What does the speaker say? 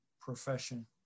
profession